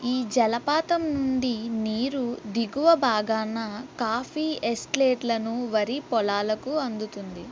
ఈ జలపాతం నుండి నీరు దిగువ భాగాన కాఫీ ఎస్టేట్లను వరి పొలాలకు అందుతుంది